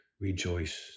rejoice